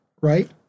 right